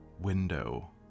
window